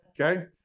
okay